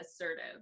assertive